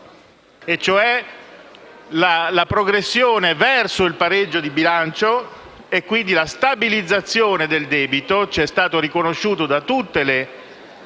e cioè la progressione verso il pareggio di bilancio e quindi la stabilizzazione del debito. Ci è stato riconosciuto da tutte le